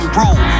roll